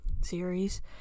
series